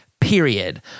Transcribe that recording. period